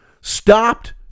stopped